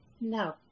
no